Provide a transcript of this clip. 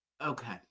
Okay